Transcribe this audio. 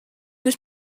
was